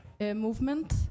movement